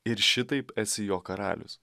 ir šitaip esi jo karalius